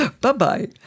Bye-bye